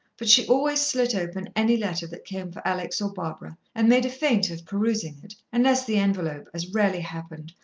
but she always slit open any letter that came for alex or barbara and made a feint of perusing it unless the envelope, as rarely happened,